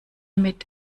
mit